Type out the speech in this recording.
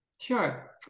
Sure